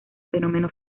fenómeno